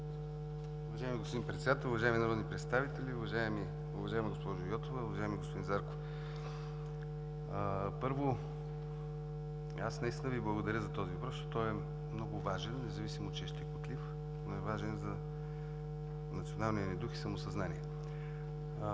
Уважаеми господин Председател, уважаеми народни представители, уважаема госпожо Йотова, уважаеми господин Зарков! Първо, аз Ви благодаря за този въпрос, защото той е много важен, независимо че е щекотлив, но е важен за националния ни дух и самосъзнание.